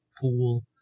pool